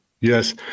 Yes